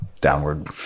downward